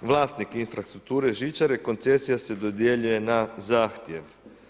vlasnik infrastrukture, žičare, koncesija se dodjeljuje na zahtjev.